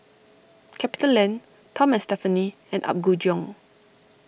CapitaLand Tom and Stephanie and Apgujeong